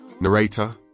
Narrator